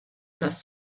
tas